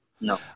No